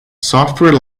software